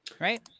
right